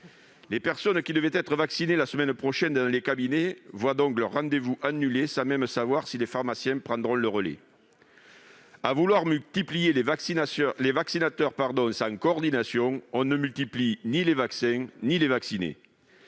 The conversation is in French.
Les personnes qui devaient être vaccinées la semaine prochaine dans les cabinets voient donc leur rendez-vous annulé, sans même savoir si les pharmaciens prendront le relais. À vouloir multiplier les vaccinateurs sans coordination, on ne multiplie ni les vaccins ni les vaccinés.